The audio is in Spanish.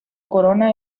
corona